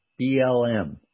BLM